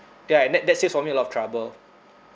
ya tha~ that saves for me a lot of trouble